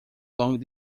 long